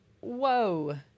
whoa